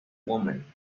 woman